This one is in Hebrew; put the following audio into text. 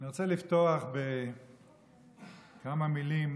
אני רוצה לפתוח בכמה מילים